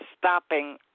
stopping